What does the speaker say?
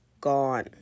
gone